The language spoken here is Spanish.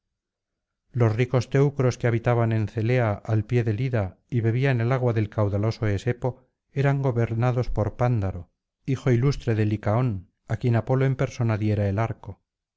los ricos teneros que habitaban en zelea al pie del ida y bebían el agua del caudaloso esepo eran gobernados por pándaro hijo ilustre de licaón á quien apolo en persona diera el arco